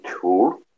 tool